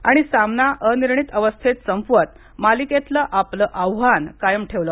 आणि सामना अनिर्णीत अवस्थेत संपवत मालिकेतलं आपल आव्हान कायम ठेवलं